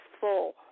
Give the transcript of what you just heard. full